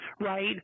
right